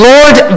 Lord